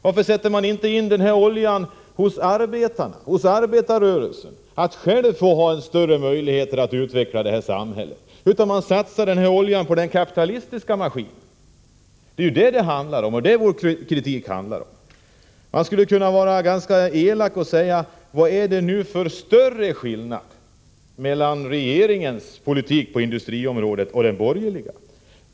Varför sätter man inte in oljan hos arbetarrörelsen, så att den får större möjligheter att själv utveckla det här samhället, utan satsar den på den kapitalistiska maskinen? Det är vad vår kritik handlar om. Jag skulle kunna vara elak och fråga: Vad är det för större skillnad mellan regeringens politik på industriområdet och den borgerliga?